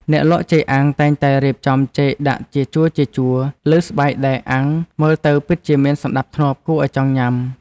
អ្នកលក់ចេកអាំងតែងតែរៀបចំចេកដាក់ជាជួរៗលើស្បៃដែកអាំងមើលទៅពិតជាមានសណ្តាប់ធ្នាប់គួរឱ្យចង់ញ៉ាំ។